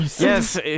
Yes